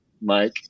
Mike